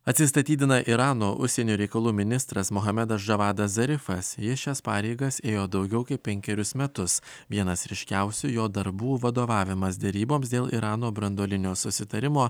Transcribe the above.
atsistatydina irano užsienio reikalų ministras muhamedas žavadas zarifas jis šias pareigas ėjo daugiau kaip penkerius metus vienas ryškiausių jo darbų vadovavimas deryboms dėl irano branduolinio susitarimo